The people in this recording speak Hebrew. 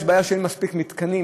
הבעיה היא שאין מספיק מתקנים,